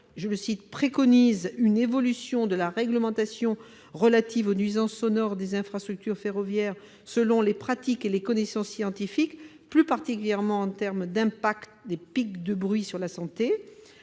Ce rapport préconise une évolution de la réglementation relative aux nuisances sonores des infrastructures ferroviaires selon les pratiques et les connaissances scientifiques, plus particulièrement en termes d'impact des pics de bruit sur la santé.